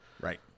Right